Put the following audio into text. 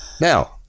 Now